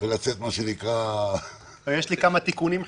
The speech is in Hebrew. יש לי כמה תיקונים חשובים.